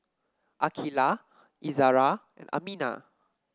Aqilah Izara and Aminah